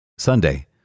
Sunday